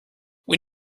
when